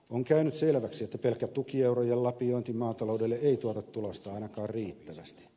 on käynyt selväksi että pelkkä tukieurojen lapiointi maataloudelle ei tuota tulosta ainakaan riittävästi